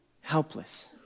helpless